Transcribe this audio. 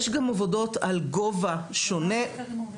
יש גם עבודות על גובה שונה.